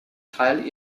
teil